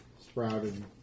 sprouted